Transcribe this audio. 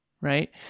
right